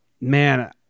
man